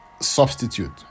substitute